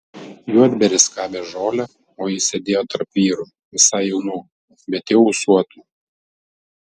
juodbėris skabė žolę o jis sėdėjo tarp vyrų visai jaunų bet jau ūsuotų